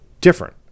different